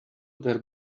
there